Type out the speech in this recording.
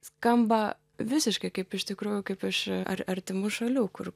skamba visiškai kaip iš tikrųjų kaip iš ar artimų šalių kur